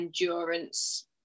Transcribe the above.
endurance